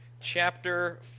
chapter